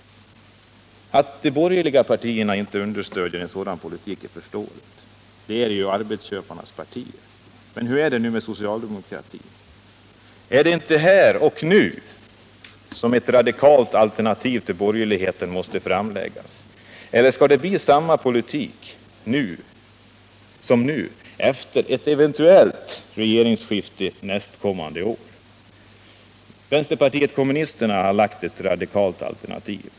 Att de borgerliga partierna inte understödjer en sådan politik är förståeligt; de är ju arbetsköparnas partier. Hur är det med socialdemokratin? Är det här och nu som ett radikalt alternativ till borgerligheten måste framläggas? Eller skall det bli samma politik som nu efter ett eventuellt regeringsskifte nästkommande år? Vänsterpartiet kommunisterna har lagt fram ett radikalt alternativ.